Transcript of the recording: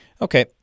Okay